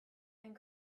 and